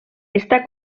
està